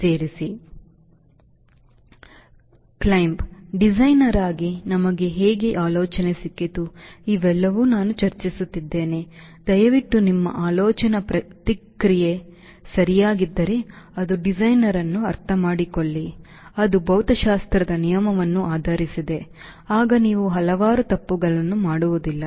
ಏರಲು ಡಿಸೈನರ್ ಆಗಿ ನಮಗೆ ಹೇಗೆ ಆಲೋಚನೆ ಸಿಕ್ಕಿತು ಇವೆಲ್ಲವೂ ನಾನು ಚರ್ಚಿಸುತ್ತಿದ್ದೇನೆ ದಯವಿಟ್ಟು ನಿಮ್ಮ ಆಲೋಚನಾ ಪ್ರಕ್ರಿಯೆಯು ಸರಿಯಾಗಿದ್ದರೆ ಅದು ಡಿಸೈನರ್ ಅನ್ನು ಅರ್ಥಮಾಡಿಕೊಳ್ಳಿ ಅದು ಭೌತಶಾಸ್ತ್ರದ ನಿಯಮವನ್ನು ಆಧರಿಸಿದೆ ಆಗ ನೀವು ಹಲವಾರು ತಪ್ಪುಗಳನ್ನು ಮಾಡುವುದಿಲ್ಲ